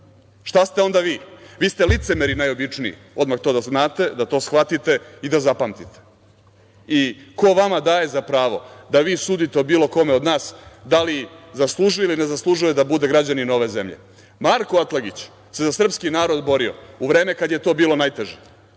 Šta ste onda vi? Vi ste licemeri najobičniji, odmah to da znate, da to shvatite i da zapamtite. Ko vama daje za pravo da vi sudite o bilo kome od nas da li zaslužuje ili ne zaslužuje da bude građanin ove zemlje. Marko Atlagić se za srpski narod borio u vreme kada je to bilo najteže